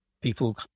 people